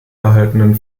erhaltenen